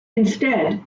instead